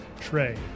Trey